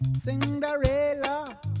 Cinderella